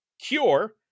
Cure